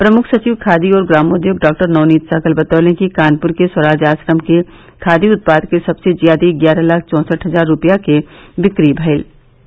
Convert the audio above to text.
प्रमुख सचिव खादी और ग्रामोद्योग डॉक्टर नवनीत सहगल ने बताया कि कानपुर के स्वराज आश्रम के खादी उत्पादों की सबसे ज्यादा ग्यारह लाख चौंसठ हजार रूपये की बिक्री हुयी